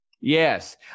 yes